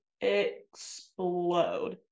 explode